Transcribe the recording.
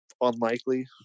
unlikely